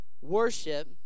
worship